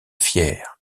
fière